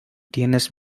tienes